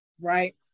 right